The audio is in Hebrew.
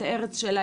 את הארץ שלה,